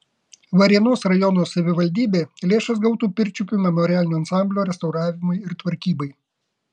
varėnos rajono savivaldybė lėšas gautų pirčiupių memorialinio ansamblio restauravimui ir tvarkybai